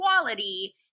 quality